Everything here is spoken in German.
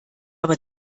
aber